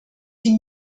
sie